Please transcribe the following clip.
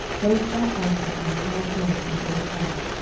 both that altar and the high place he brake down,